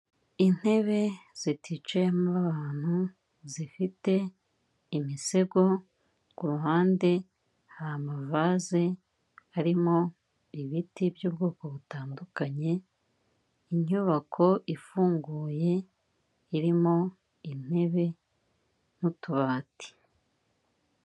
Intebe ziticayemo abantu, zifite imisego ku ruhande, hari amavaze arimo ibiti by'ubwoko butandukanye, inyubako ifunguye irimo intebe n'utubati.